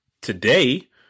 today